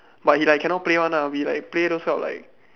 but he like cannot play one lah we like play those kind of like